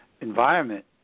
environment